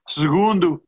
segundo